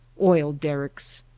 oil-derricks,